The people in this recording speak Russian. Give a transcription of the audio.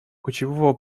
кочевого